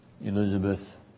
Elizabeth